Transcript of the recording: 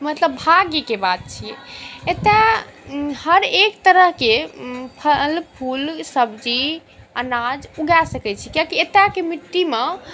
मतलब भाग्यके बात छिए एतऽ हर एक तरहके फल फूल सब्जी अनाज उगा सकै छी कियाकि एतौका मिट्टीमे